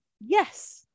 Yes